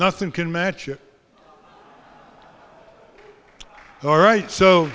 nothing can match it all right so